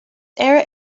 era